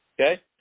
Okay